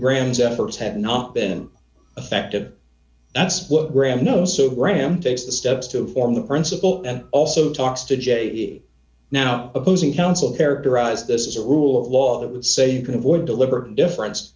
graham's efforts have not been effective that's what graham knows so graham takes the steps to form the principal and also talks to je now opposing counsel characterized this as a rule of law that would say you can avoid deliberate indifference